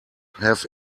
have